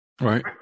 Right